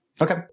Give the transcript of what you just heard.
Okay